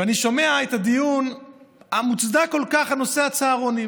ואני שומע את הדיון המוצדק כל כך על נושא הצהרונים.